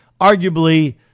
Arguably